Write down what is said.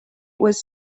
was